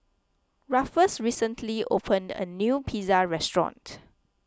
Rufus recently opened a new Pizza restaurant